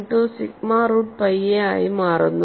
12 sigma root pi a ആയി മാറുന്നു